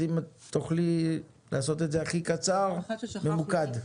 אם תוכלי לעשות את זה הכי קצר וממוקד.